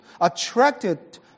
attracted